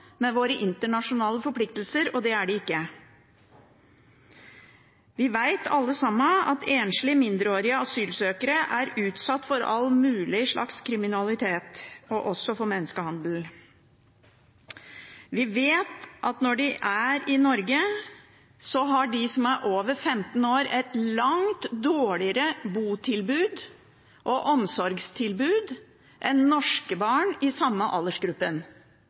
med våre internasjonale forpliktelser, og det er det ikke. Vi vet alle sammen at enslige mindreårige asylsøkere er utsatt for all mulig slags kriminalitet, også for menneskehandel. Vi vet at når de er i Norge, har de som er over 15 år, et langt dårligere bo- og omsorgstilbud enn norske barn i samme